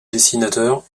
dessinateur